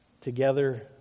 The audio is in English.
together